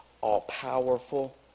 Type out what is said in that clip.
all-powerful